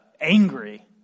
angry